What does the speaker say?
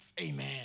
Amen